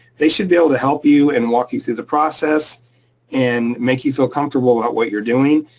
they should be able to help you and walk you through the process and make you feel comfortable about what you're doing.